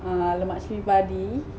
ah lemak cili padi